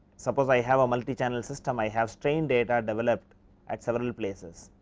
suppose, i have a multi channel system, i have strain data develop at several places.